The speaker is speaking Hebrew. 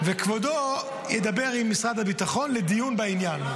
וכבודו ידבר עם משרד הביטחון לדיון בעניין.